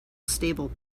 stable